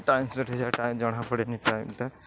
time ହେଇଯାଏ time ଜଣା ପଡ଼େନି ଟାଇମ୍ଟା